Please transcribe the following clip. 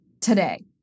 today